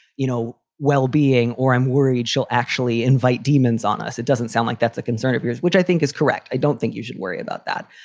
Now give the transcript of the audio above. you know, well-being or i'm worried she'll actually invite demons on us. it doesn't sound like that's a concern of yours, which i think is correct. i don't think you should worry about that.